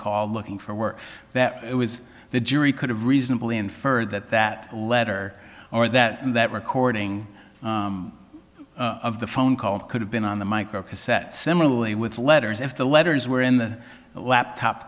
called looking for work that it was the jury could have reasonably inferred that that letter or that and that recording of the phone call could have been on the microcassette similarly with letters if the letters were in the laptop